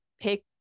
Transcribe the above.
pick